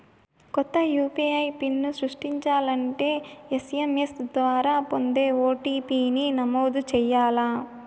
కొత్త UPI pin సృష్టించాలంటే SMS ద్వారా పొందే ఓ.టి.పి.ని నమోదు చేయాల్ల